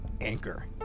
Anchor